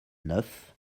neuf